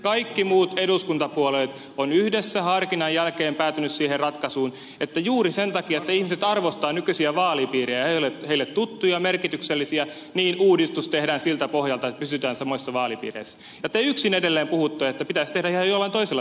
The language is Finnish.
kaikki muut eduskuntapuolueet ovat yhdessä harkinnan jälkeen päätyneet siihen ratkaisuun että juuri sen takia että ihmiset arvostavat nykyisiä vaalipiirejä ne ovat heille tuttuja merkityksellisiä uudistus tehdään siltä pohjalta että pysytään samoissa vaalipiireissä ja te yksin edelleen puhutte että pitäisi tehdä ihan jollain toisella periaatteella